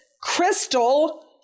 Crystal